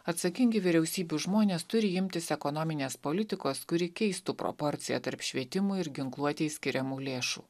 atsakingi vyriausybių žmonės turi imtis ekonominės politikos kuri keistų proporciją tarp švietimui ir ginkluotei skiriamų lėšų